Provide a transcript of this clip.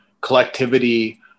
collectivity